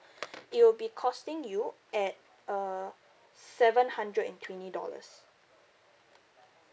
it will be costing you at uh seven hundred and twenty dollars